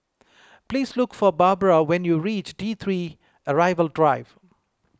please look for Barbra when you reach T three Arrival Drive